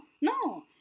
No